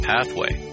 Pathway